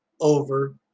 over